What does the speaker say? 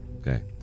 Okay